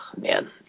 man